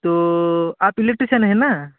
तो आप इलेक्टिसन है ना